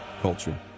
culture